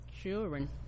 children